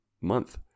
month